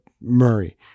Murray